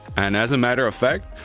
and as a matter of fact,